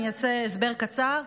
אני אתן הסבר קצר,